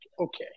okay